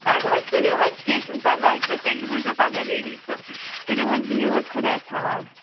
اَدٕ حظ تُلِو حظ کیٚنٛہہ چھُنہٕ پَرواے تہٕ تیٚلہِ روٗزِزیٚو پگاہ ریڈی تہٕ تُلِو حظ بِہِو حظ خۄدایَس حَوال